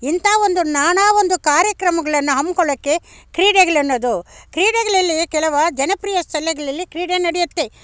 ಇಂಥ ಒಂದು ನಾನಾ ಒಂದು ಕಾರ್ಯಕ್ರಮಗಳನ್ನು ಹಮ್ಕೊಳ್ಳೋಕ್ಕೆ ಕ್ರೀಡೆಗಳನ್ನೋದು ಕ್ರೀಡೆಗಳಲ್ಲಿ ಕೆಲವು ಜನಪ್ರಿಯ ಸ್ಥಳಗಳಲ್ಲಿ ಕ್ರೀಡೆ ನಡೆಯುತ್ತೆ